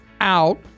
out